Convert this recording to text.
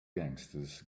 gangsters